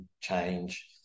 change